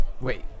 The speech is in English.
Wait